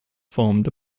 formed